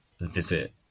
visit